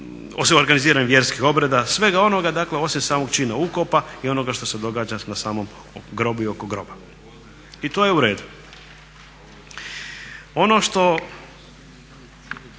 organiziranje vjerskih obreda, svega onoga dakle osim samog čina ukopa i onoga što se događa na samom grobu i oko groba. I to je u redu. Ono što